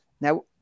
Now